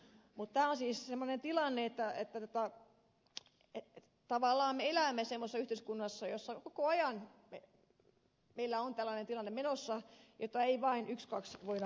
mutta tämä on siis semmoinen tilanne että tavallaan me elämme semmoisessa yhteiskunnassa jossa koko ajan meillä on tällainen tilanne menossa jota ei vain ykskaks voida muuttaa